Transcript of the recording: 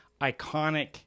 iconic